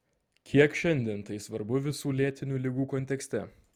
kiek šiandien tai svarbu visų lėtinių ligų kontekste